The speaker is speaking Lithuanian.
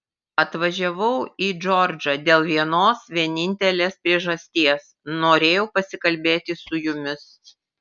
atvažiavau į džordžą dėl vienos vienintelės priežasties norėjau pasikalbėti su jumis